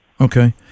okay